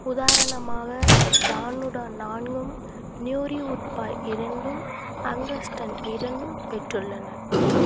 உதாரணமாக டானுடா நான்கும் நியூரிஊட்பா இரண்டும் அங்கஸ்டன் இரண்டும் பெற்றுள்ளன